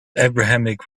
abrahamic